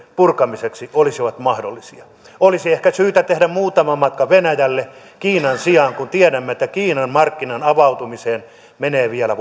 purkamiseksi olisivat mahdollisia olisi ehkä syytä tehdä muutama matka venäjälle kiinan sijaan kun tiedämme että kiinan markkinan avautumiseen menee vielä